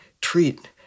treat